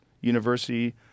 University